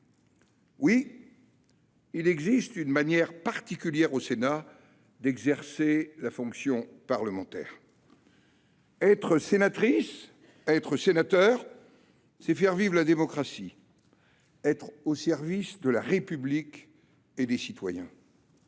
Oui, il existe une manière particulière au Sénat d’exercer la fonction parlementaire. Être sénatrice, être sénateur, c’est faire vivre la démocratie, être au service de la République et des citoyens.